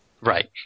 Right